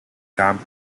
camp